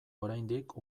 oraindik